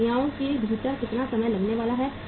प्रक्रियाओं के भीतर कितना समय लगने वाला है